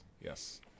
Yes